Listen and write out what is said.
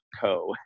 Co